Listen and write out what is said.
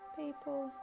people